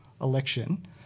election